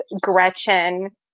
Gretchen